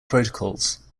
protocols